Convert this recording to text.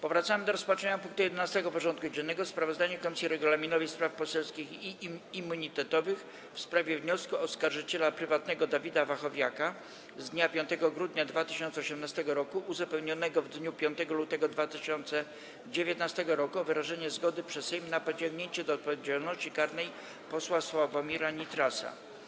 Powracamy do rozpatrzenia punktu 11. porządku dziennego: Sprawozdanie Komisji Regulaminowej, Spraw Poselskich i Immunitetowych w sprawie wniosku oskarżyciela prywatnego Dawida Wachowiaka z dnia 5 grudnia 2018 r., uzupełnionego w dniu 5 lutego 2019 r. o wyrażenie zgody przez Sejm na pociągnięcie do odpowiedzialności karnej posła Sławomira Nitrasa.